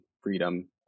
freedom